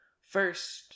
First